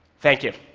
thank you.